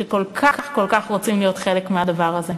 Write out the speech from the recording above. שכל כך כל כך רוצים להיות חלק מהדבר הזה.